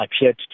appeared